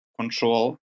control